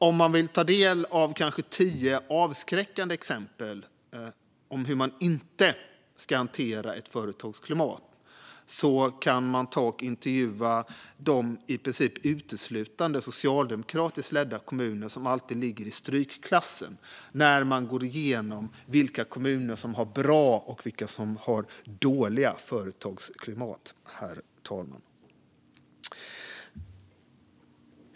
Om man vill ta del av cirka tio avskräckande exempel på hur man inte ska hantera ett företagsklimat kan man ta och intervjua de i princip uteslutande socialdemokratiskt ledda kommuner som alltid ligger i strykklassen när man går igenom vilka kommuner som har bra och vilka som har dåligt företagsklimat, herr talman.